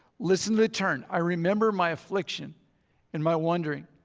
listen to the turn. i remember my affliction and my wandering.